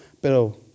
pero